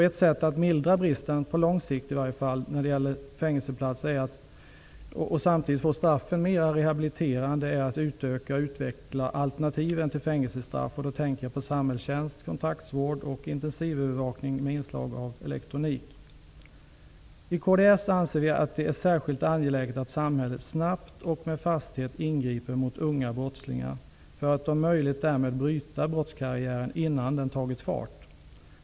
Ett sätt att i alla fall på lång sikt mildra bristen på fängelseplatser och att samtidigt göra straffen mer rehabiliterande är att utöka och utveckla alternativen till fängelsestraff. Jag tänker då på samhällstjänst, kontraktsvård och intensivövervakning med inslag av elektronik. I kds anser vi att det är särskilt angeläget att samhället snabbt och med fasthet ingriper mot ungdomsbrottslingar för att om möjligt därmed bryta brottskarriären innan den tar fart.